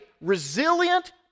resilient